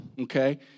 okay